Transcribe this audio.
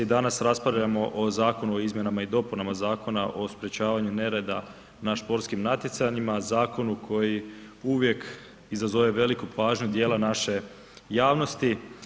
Danas raspravljamo o Zakonu o izmjenama i dopunama Zakona o sprečavanju nereda na sportskim natjecanjima, zakonu koji uvijek izazove veliku pažnju dijela naše javnosti.